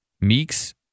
Meeks